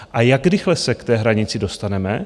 A jak rychle se k té hranici dostaneme?